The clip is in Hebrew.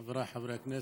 חבריי חברי הכנסת,